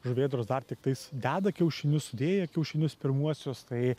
žuvėdros dar tiktais deda kiaušinius sudėję kiaušinius pirmuosius tai